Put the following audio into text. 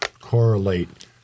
correlate